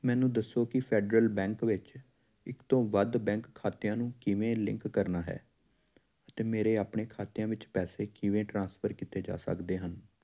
ਮੈਨੂੰ ਦੱਸੋ ਕਿ ਫੈਡਰਲ ਬੈਂਕ ਵਿੱਚ ਇੱਕ ਤੋਂ ਵੱਧ ਬੈਂਕ ਖਾਤਿਆਂ ਨੂੰ ਕਿਵੇਂ ਲਿੰਕ ਕਰਨਾ ਹੈ ਅਤੇ ਮੇਰੇ ਆਪਣੇ ਖਾਤਿਆਂ ਵਿੱਚ ਪੈਸੇ ਕਿਵੇਂ ਟ੍ਰਾਂਸਫਰ ਕੀਤੇ ਜਾ ਸਕਦੇ ਹਨ